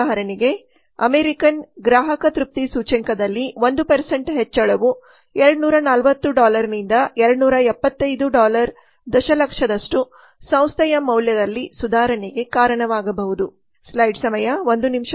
ಉದಾಹರಣೆಗೆ ಅಮೇರಿಕನ್ ಗ್ರಾಹಕ ತೃಪ್ತಿ ಸೂಚ್ಯಂಕದಲ್ಲಿ 1 ಹೆಚ್ಚಳವು 240 ಡಾಲರ್ನಿಂದ 275 ಡಾಲರ್ ದಶಲಕ್ಷದಷ್ಟು ಸಂಸ್ಥೆಯ ಮೌಲ್ಯದಲ್ಲಿ ಸುಧಾರಣೆಗೆ ಕಾರಣವಾಗಬಹುದು